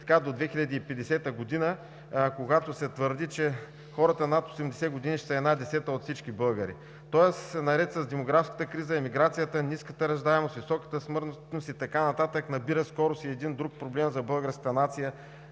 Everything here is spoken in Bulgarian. така до 2050 г., когато се твърди, че хората над 80 години ще са една десета от всички българи. Тоест наред с демографската криза, емиграцията, ниската раждаемост, високата смъртност и така нататък набира скорост и един друг проблем за българската нация